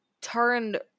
turned